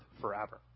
forever